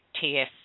TS